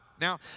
Now